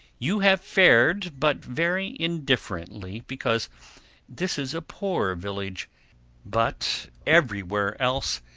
you have fared but very indifferently because this is a poor village but everywhere else,